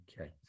okay